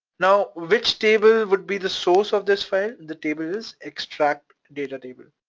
now, which table would be the source of this file? the table is extract data table.